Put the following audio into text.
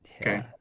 okay